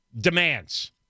demands